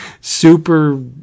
super